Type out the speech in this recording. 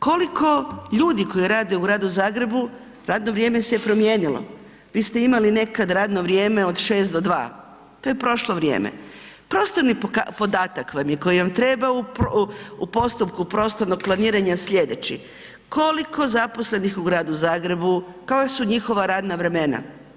Koliko ljudi koji rade u Gradu Zagrebu, radno vrijeme se je promijenilo, vi ste imali nekad radno vrijeme od 6 do 2, to je prošlo vrijeme, prostorni podatak vam je, koji vam treba u postupku prostornog planiranja slijedeći, koliko zaposlenih u Gradu Zagrebu, koja su njihova radna vremena?